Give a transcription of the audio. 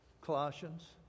Colossians